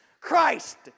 Christ